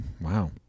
wow